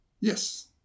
Yes